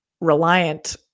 reliant